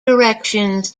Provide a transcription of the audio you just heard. directions